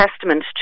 testament